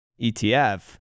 ETF